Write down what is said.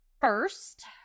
first